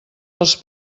els